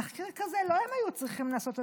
תחקיר כזה לא הם היו צריכים לעשות,